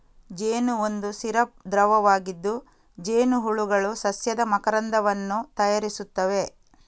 ಜೇನು ಒಂದು ಸಿರಪ್ ದ್ರವವಾಗಿದ್ದು, ಜೇನುಹುಳುಗಳು ಸಸ್ಯದ ಮಕರಂದದಿಂದ ತಯಾರಿಸುತ್ತವೆ